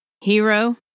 hero